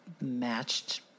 matched